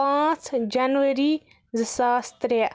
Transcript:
پانٛژھ جَنؤری زٕ ساس ترٛےٚ